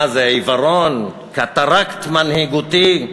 מה זה, עיוורון, קטרקט מנהיגותי?